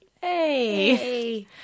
Hey